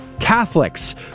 Catholics